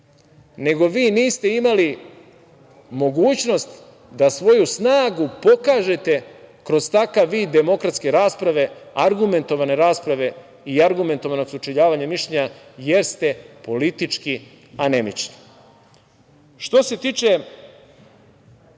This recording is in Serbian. nego vi niste imali mogućnost da svoju snagu pokažete kroz takav vid demokratske rasprave, argumentovane rasprave i argumentovanog sučeljavanja mišljenja, jer ste politički anemični. Što se tiče